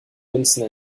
münzen